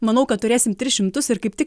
manau kad turėsim tris šimtus ir kaip tik